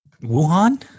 Wuhan